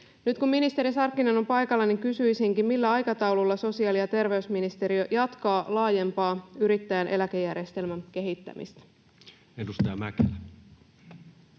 Nyt kun ministeri Sarkkinen on paikalla, niin kysyisinkin: millä aikataululla sosiaali- ja terveysministeriö jatkaa laajempaa yrittäjän eläkejärjestelmän kehittämistä? [Speech